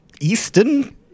Eastern